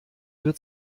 wird